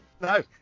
No